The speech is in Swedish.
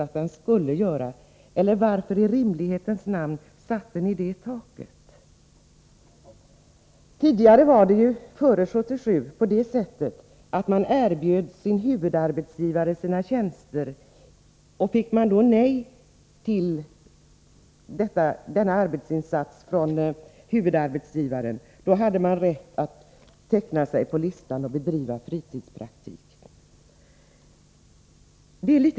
I rimlighetens namn måste jag fråga varför ni satte det aktuella taket. Före år 1974 var det ju på det sättet att man erbjöd sin huvudarbetsgivare sina tjänster. Om då denne sade nej, hade man rätt att bedriva fritidspraktik.